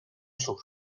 sur